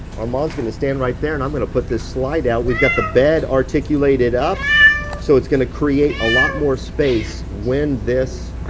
armand is gonna stand right there and i'm gonna put this slide-out. we've got the bed articulated up so it's gonna create a lot more space. when this